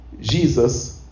Jesus